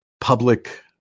public